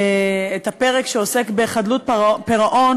את הפרק שעוסק בחדלות פירעון,